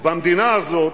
במדינה הזאת,